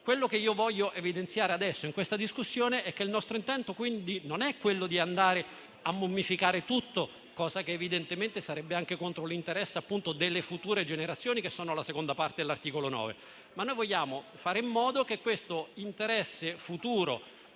ma ciò che voglio evidenziare adesso, in questa discussione, è che il nostro intento non è di andare a mummificare tutto, cosa che evidentemente sarebbe anche contrario all'interesse delle future generazioni, citate nella seconda parte dell'articolo 9. Vogliamo invece fare in modo che questo interesse futuro,